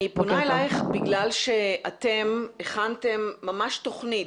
אני פונה אליך בגלל שאתם ממש הכנתם תכנית.